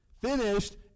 Finished